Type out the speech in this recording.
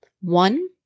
one